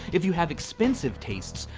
if you have expensive tastes,